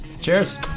cheers